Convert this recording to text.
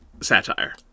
satire